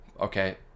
okay